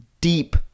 deep